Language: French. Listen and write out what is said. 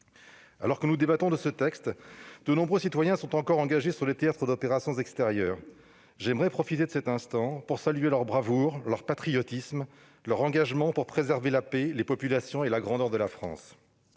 Alors que nous débattons de ce texte, de nombreux citoyens sont encore engagés sur des théâtres d'opérations extérieures. J'aimerais profiter de cet instant pour saluer leur bravoure, leur patriotisme, leur engagement pour préserver la paix, les populations et la grandeur de la France.